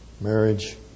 Marriage